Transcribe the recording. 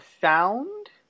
sound